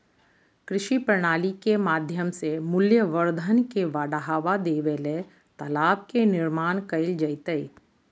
कृषि प्रणाली के माध्यम से मूल्यवर्धन के बढ़ावा देबे ले तालाब के निर्माण कैल जैतय